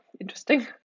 interesting